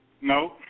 No